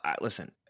listen